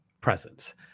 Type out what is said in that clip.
presence